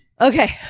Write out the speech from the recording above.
okay